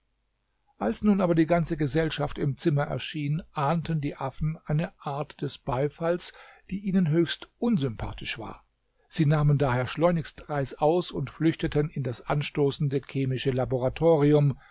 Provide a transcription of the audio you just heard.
als nun aber die ganze gesellschaft im zimmer erschien ahnten die affen eine art des beifalls die ihnen höchst unsympathisch war sie nahmen daher schleunigst reißaus und flüchteten in das anstoßende chemische laboratorium